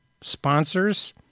Sponsors